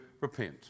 repent